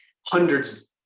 hundreds